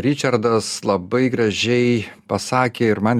ričardas labai gražiai pasakė ir man